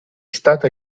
stata